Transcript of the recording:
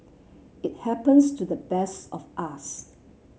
it happens to the best of us